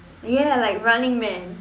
ya like Running Man